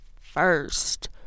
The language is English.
first